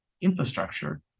infrastructure